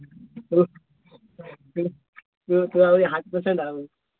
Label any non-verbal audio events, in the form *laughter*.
ତୁ ତୁ ତ *unintelligible* ଆହୁରି ହାର୍ଟ ପେସେଣ୍ଟ୍ ଆଉ